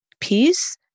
Peace